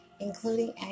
including